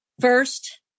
first